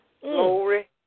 Glory